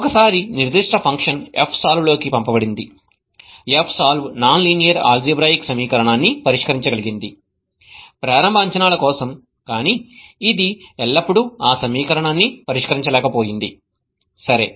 ఒకసారి నిర్దిష్ట function fsolve లోకి పంపబడింది fsolve నాన్ లీనియర్ ఆల్జీబ్రాఇక్ సమీకరణాన్ని పరిష్కరించగలిగింది ప్రారంభ అంచనాల కోసం కానీ అది ఎల్లప్పుడూ ఆ సమీకరణాన్ని పరిష్కరించలేకపోయింది సరే